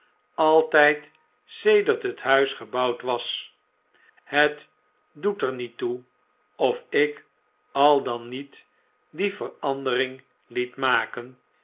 altijd sedert het huis gebouwd was het doet er niet toe of ikal dan niet die verandering liet maken